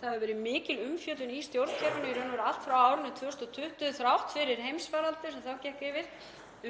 Það hefur verið mikil umfjöllun í stjórnkerfinu og í raun og veru allt frá árinu 2020, þrátt fyrir heimsfaraldur sem þá gekk yfir,